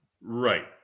Right